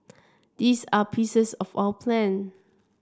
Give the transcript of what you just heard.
these are pieces of our plan